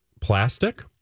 Plastic